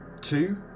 two